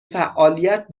فعالیت